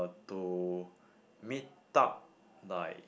to meetup like